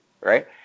right